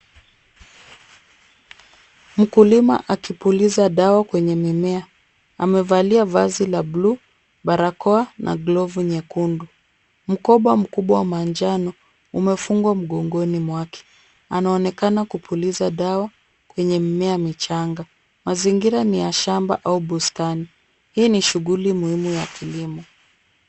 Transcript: Mkulima akipuliza dawa kwenye mimea. Amevalia vazi la blue , barakoa na glovu nyekundu. Mkoba mkubwa wa manjano umefungwa mgongoni mwake. Anaonekana kupuliza dawa kwenye mimea michanga. Mazingira ni ya shamba au bustani. Hii ni shughuli muhimu ya kilimo.